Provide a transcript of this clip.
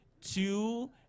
two